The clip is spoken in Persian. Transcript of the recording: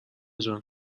جان